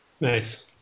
Nice